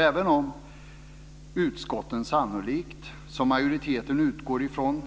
Även om utskotten sannolikt, som majoriteten utgår ifrån,